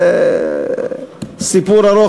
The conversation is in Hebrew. זה סיפור ארוך,